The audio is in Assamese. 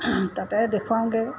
তাতে দেখুৱাওঁগৈ